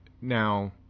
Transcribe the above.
now